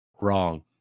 wrong